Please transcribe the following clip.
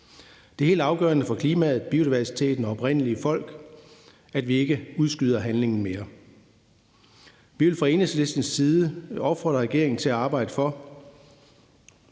Det er helt afgørende for klimaet, biodiversiteten og oprindelige folk, at vi ikke udskyder handlingen mere. Vi vil fra Enhedslistens side opfordre regeringen til – jeg